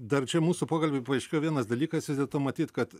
dar čia mūsų pokalby paaiškėjo vienas dalykas vis dėlto matyt kad